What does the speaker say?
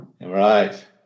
Right